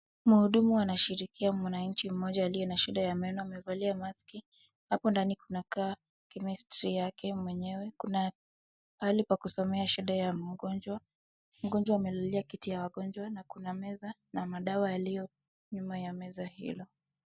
Mhudumu anashirikia mwananchi mmoja aliye na shida ya meno. Amevalia maski . Hapo ndani kuna, chemistry yake mwenyewe. Kuna pahali pa kusomea shida ya mgonjwa. Mgonjwa amelalia kiti ya wagonjwa na kuna meza na madawa yaliyo nyuma ya meza hilo.